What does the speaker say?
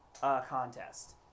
contest